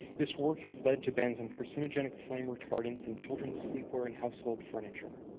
this work has led to bans on carcinogenic flame retardants in children's sleepwear and household furniture.